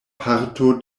parto